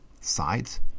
sides